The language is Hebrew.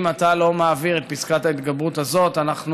אם אתה לא מעביר את פסקת ההתגברות הזאת אנחנו